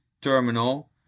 terminal